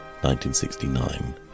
1969